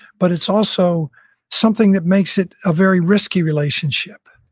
but it's also something that makes it a very risky relationship